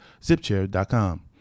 Zipchair.com